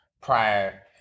prior